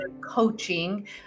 Coaching